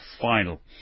final